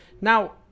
Now